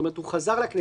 זאת אומרת הוא חזר לכנסת,